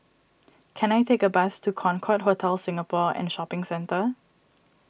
can I take a bus to Concorde Hotel Singapore and Shopping Centre